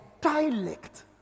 dialect